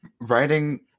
Writing